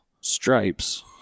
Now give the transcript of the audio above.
stripes